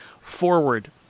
forward